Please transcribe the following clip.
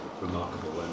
remarkable